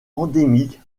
endémique